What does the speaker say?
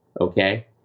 okay